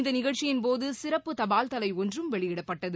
இந்தநிகழ்ச்சியின் போது சிறப்பு தபால் தலைஒன்றும் வெளியிடப்பட்டது